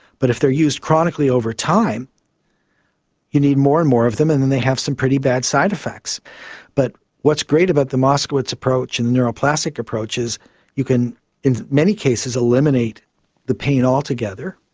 but if they are used chronically over time you need more and more of them, and then they have some pretty bad side-effects. but what's great about the moskowitz approach and the neuroplastic approach is you can in many cases eliminate the pain altogether,